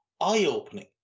eye-opening